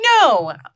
No